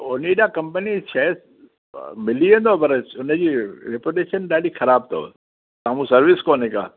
Onida company जी शइ मिली वेंदो पर हुनजी रिपुटेशन ॾाढी ख़राब अथव साम्हूं सर्विस कोन्हे को